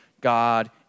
God